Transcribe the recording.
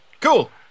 Cool